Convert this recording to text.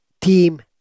team